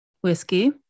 Whiskey